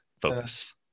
focus